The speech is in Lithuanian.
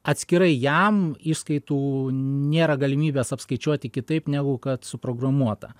atskirai jam išskaitų nėra galimybės apskaičiuoti kitaip negu kad suprogramuota